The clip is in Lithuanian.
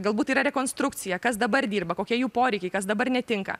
galbūt yra rekonstrukcija kas dabar dirba kokie jų poreikiai kas dabar netinka